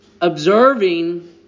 observing